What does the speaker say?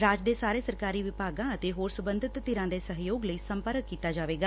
ਰਾਜ ਦੇ ਸਾਰੇ ਸਰਕਾਰੀ ਵਿਭਾਗਾਂ ਅਤੇ ਹੋਰ ਸਬੰਧਤ ਧਿਰਾਂ ਦੇ ਸਹਿਯੋਗ ਲਈ ਸੰਪਰਕ ਕੀਤਾ ਜਾਵੇਗਾ